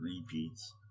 repeats